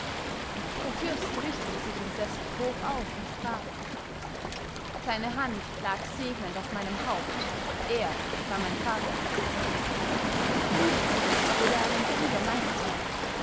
der fürst richtete sich im sessel hoch auf und sprach seine hand lag segnend auf meinem haupt er war mein vater blutbruder wurde er einem krieger meines volkes